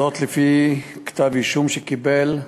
זאת לפי כתב-אישום שקיבל,